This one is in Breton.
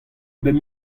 bep